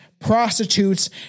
prostitutes